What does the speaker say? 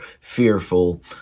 fearful